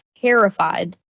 terrified